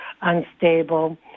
unstable